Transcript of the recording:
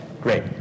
Great